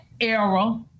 era